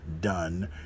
done